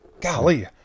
golly